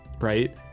right